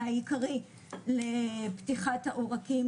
העיקרי לפתיחת העורקים,